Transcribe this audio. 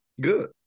Good